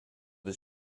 his